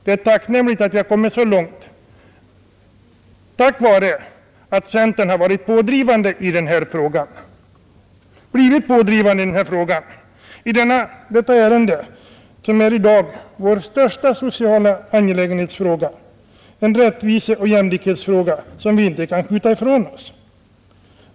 Det är tacknämligt att vi har kommit så längt tack vare att centern har blivit pådrivande i denna fråga som i dag är vår angelägnaste sociala fråga, en rättviseoch jämlikhetsfråga som vi inte kan skjuta ifrån oss.